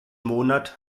monat